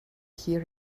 hear